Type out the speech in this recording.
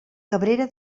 cabrera